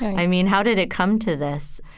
i mean, how did it come to this?